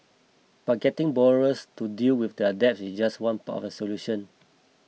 but getting borrowers to deal with their debt is just one part of the solution